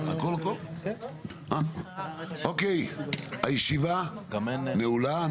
אוקי הישיבה נעולה.